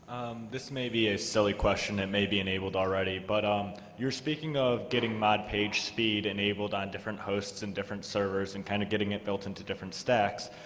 this may be a silly question, it made be enabled already, but um you're speaking of getting mod pagespeed enabled on different hosts and different servers and kind of getting it built into different stacks.